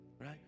right